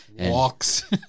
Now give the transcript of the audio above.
walks